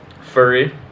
Furry